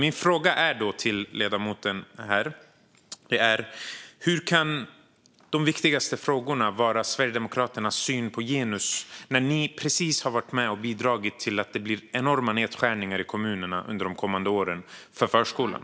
Min fråga till ledamoten är: Hur kan den viktigaste frågan vara Sverigedemokraternas syn på genus, när ni precis har varit med och bidragit till att det blir enorma nedskärningar för förskolan i kommunerna under de kommande åren?